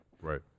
Right